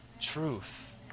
truth